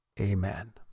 Amen